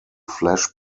flash